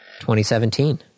2017